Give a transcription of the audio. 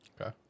Okay